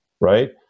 Right